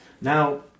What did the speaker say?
Now